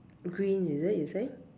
green is it you say